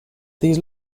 these